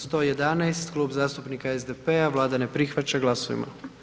111, Klub zastupnika SDP-a, Vlada ne prihvaća, glasujmo.